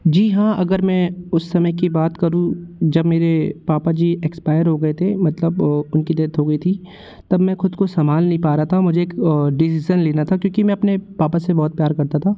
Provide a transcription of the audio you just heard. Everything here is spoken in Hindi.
जी हाँ अगर मैं उस समय की बात करूँ जब मेरे पापा जी एक्सपायर हो गए थे मतलब उनकी डेथ हो गई थी तब मैं ख़ुद काे सम्भाल नहीं पा रहा था और मुझे एक डिज़ीसन लेना था क्योंकि मैं अपने पापा से बहुत प्यार करता था